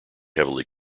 heavily